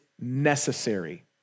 necessary